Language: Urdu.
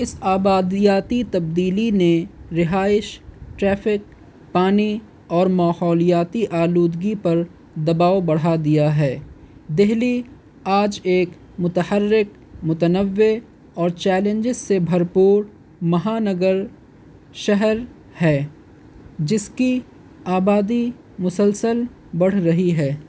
اس آبادیاتی تبدیلی نے رہائش ٹریفک پانی اور ماحولیاتی آلودگی پر دباؤ بڑھا دیا ہے دہلی آج ایک متحرک متنوع اور چیلنجز سے بھرپور مہانگر شہر ہے جس کی آبادی مسلسل بڑھ رہی ہے